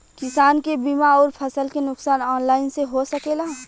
किसान के बीमा अउर फसल के नुकसान ऑनलाइन से हो सकेला?